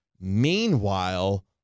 Meanwhile